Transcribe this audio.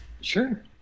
Sure